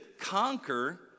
conquer